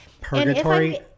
Purgatory